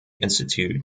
institute